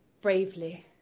bravely